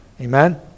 Amen